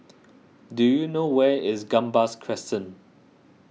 do you know where is Gambas Crescent